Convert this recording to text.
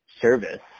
service